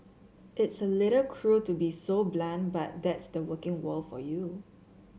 it's a little cruel to be so blunt but that's the working world for you